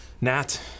Nat